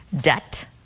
debt